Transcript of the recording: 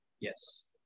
Yes